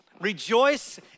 Rejoice